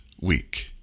week